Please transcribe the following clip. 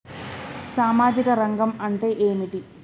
సామాజిక రంగం అంటే ఏమిటి?